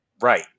Right